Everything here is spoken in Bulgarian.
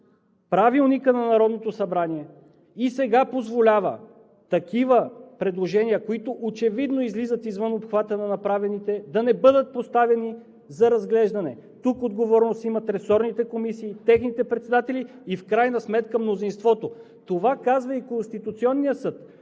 Правилникът на Народното събрание и сега позволява такива предложения, които очевидно излизат извън обхвата на направените, да не бъдат поставени за разглеждане. Тук отговорност имат ресорните комисии, техните председатели и в крайна сметка мнозинството. Това казва и Конституционният съд,